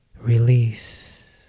release